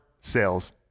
sales